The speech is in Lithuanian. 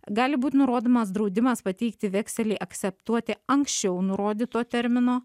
gali būt nurodomas draudimas pateikti vekselį akseptuoti anksčiau nurodyto termino